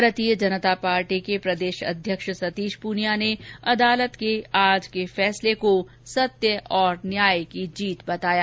भारतीय जनता पार्टी के प्रदेश अध्यक्ष सतीश पूनिया ने अदालत के आज के फैसले को सत्य और न्याय की जीत बताया